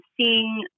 seeing